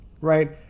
right